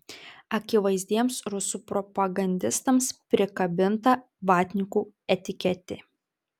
akivaizdiems rusų propagandistams prikabinta vatnikų etiketė